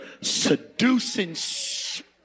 seducing